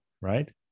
right